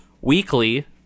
weekly